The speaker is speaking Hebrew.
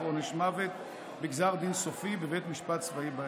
עונש מוות בגזר דין סופי בבית משפט צבאי באזור.